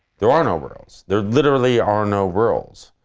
there are no rules. there literally are no rules.